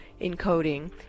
encoding